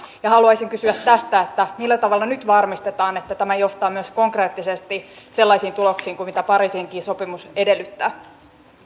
haluaisin kysyä tästä millä tavalla nyt varmistetaan että tämä johtaa myös konkreettisesti sellaisiin tuloksiin kuin pariisinkin sopimus edellyttää